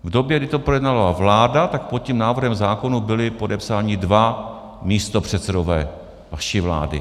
V době, kdy to projednávala vláda, tak pod tím návrhem zákonů byli podepsáni dva místopředsedové vaší vlády.